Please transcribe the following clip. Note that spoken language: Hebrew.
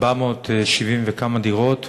470 וכמה דירות,